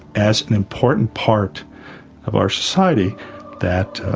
as an important part of our society that